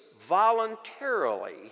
voluntarily